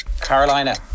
Carolina